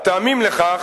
הטעמים לכך,